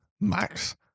Max